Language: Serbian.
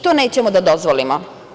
To nećemo da dozvolimo.